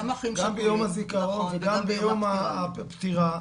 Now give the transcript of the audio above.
גם ביום הזיכרון וגם ביום הפטירה.